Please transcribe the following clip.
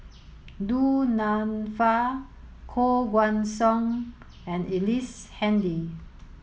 Du Nanfa Koh Guan Song and Ellice Handy